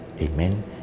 Amen